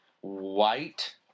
white